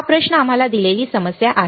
हा प्रश्न आम्हाला दिलेली समस्या आहे